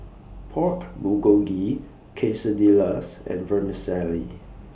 Pork Bulgogi Quesadillas and Vermicelli